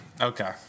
Okay